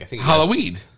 Halloween